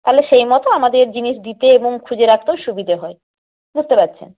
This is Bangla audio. তাহলে সেই মতো আমাদের জিনিস দিতে এবং খুঁজে রাখতেও সুবিধে হয় বুঝতে পারছেন